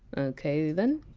ok then.